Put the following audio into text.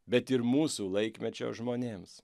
bet ir mūsų laikmečio žmonėms